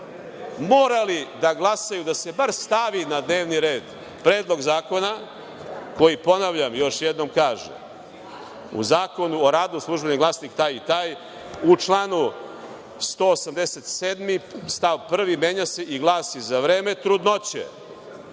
morali da glasaju da se bar stavi na dnevni red predlog zakona koji, ponavljam još jednom, kaže - U Zakonu o radu“, „Službeni glasnik“ taj i taj, u članu 187. stav 1. menja se i glasi: „Za vreme trudnoće,